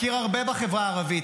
אני מכיר הרבה בחברה הערבית.